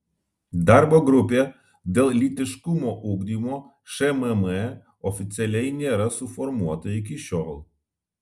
darbo grupė dėl lytiškumo ugdymo šmm oficialiai nėra suformuota iki šiol